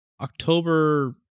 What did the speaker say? October